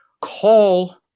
Call